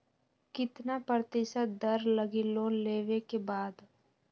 कितना प्रतिशत दर लगी लोन लेबे के बाद?